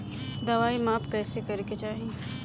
दवाई माप कैसे करेके चाही?